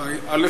א.